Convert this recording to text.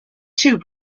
two